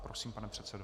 Prosím, pane předsedo.